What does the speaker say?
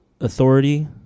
authority